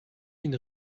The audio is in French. une